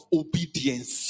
obedience